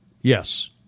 Yes